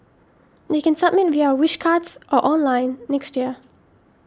they can submit via Wish Cards or online next year